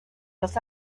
los